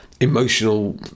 emotional